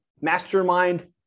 mastermind